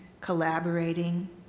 collaborating